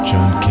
John